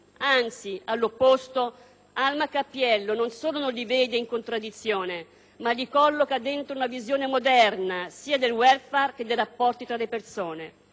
Anzi, all'opposto, Alma Cappiello non solo non li vede in contraddizione, ma li colloca dentro una visione moderna, sia del *welfare* che dei rapporti tra le persone.